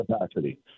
capacity